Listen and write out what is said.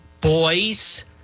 boys